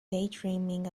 daydreaming